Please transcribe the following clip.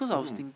mmhmm